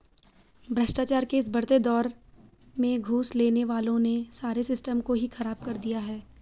भ्रष्टाचार के इस बढ़ते दौर में घूस लेने वालों ने सारे सिस्टम को ही खराब कर दिया है